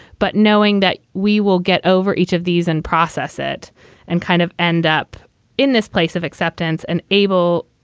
but knowing that we will get over each of these and process it and kind of end up in this place of acceptance and able,